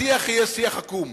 השיח יהיה שיח עקום.